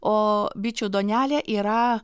o bičių duonelė yra